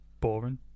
boring